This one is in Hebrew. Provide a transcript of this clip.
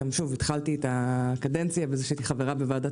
התחלתי את הקדנציה בזה שהייתי חברה בוועדת